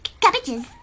cabbages